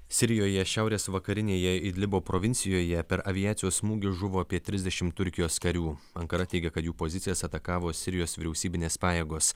sirijoje šiaurės vakarinėje idlibo provincijoje per aviacijos smūgius žuvo apie trisdešimt turkijos karių ankara teigia kad jų pozicijas atakavo sirijos vyriausybinės pajėgos